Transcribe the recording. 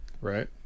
Right